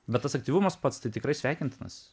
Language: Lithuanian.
bet tas aktyvumas pats tai tikrai sveikintinas